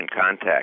contact